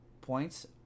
points